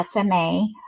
sma